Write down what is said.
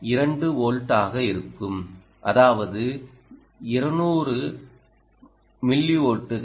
2 volt ஆக இருக்கும் அதாவது 200 மில்லிவோல்ட்கள்